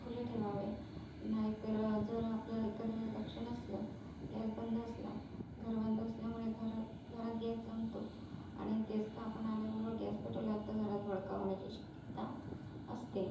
खुले ठेवावे नाही तर जर आपलं एखाद्या वेळेस लक्ष नसलं गॅस बंद असला घर बंद असल्यामुळे घर घरात गॅस जमतो आणि तेच का आपण आल्याबरोबर गॅस पेटवला तर घरात भडका होण्याची शक्यता असते